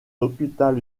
hôpital